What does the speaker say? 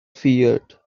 field